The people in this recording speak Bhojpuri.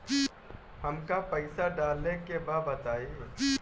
हमका पइसा डाले के बा बताई